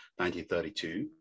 1932